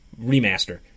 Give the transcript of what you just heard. Remaster